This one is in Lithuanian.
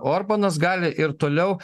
orbanas gali ir toliau